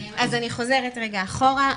אני חוזרת אחורה.